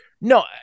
No